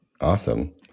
Awesome